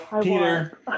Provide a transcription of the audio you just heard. Peter